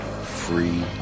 free